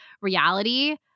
reality